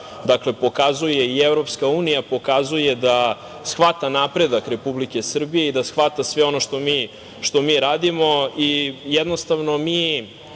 Dakle, pokazuje i Evropska unija da shvata napredak Republike Srbije i shvata sve ono što mi radimo i jednostavno,